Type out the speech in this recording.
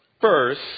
first